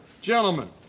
gentlemen